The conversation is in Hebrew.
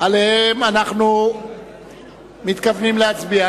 שעליהן אנחנו מתכוונים להצביע.